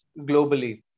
globally